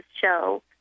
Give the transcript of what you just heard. show